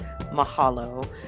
mahalo